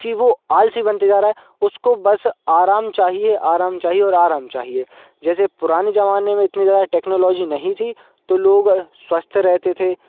कि वो आलसी बनते जा रहा है उसको बस आराम चाहिए आराम चाहिए और आराम चाहिए जैसे पुराने ज़माने में इतनी ज़्यादा टेक्नोलॉजी नहीं थी तो लोग स्वस्थ रहते थे